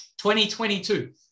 2022